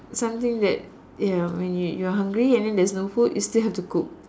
something that ya when you you're hungry and then there's no food you still have to cook